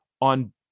on